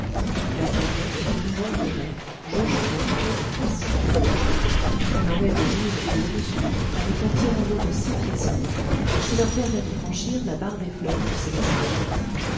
la sam yep était une jonque de mer jaugeant environ trois cents tonneaux il en est de mille et au-dessus avec un tirant d'eau de six pieds seulement qui leur permet de franchir la barre des fleuves du céleste empire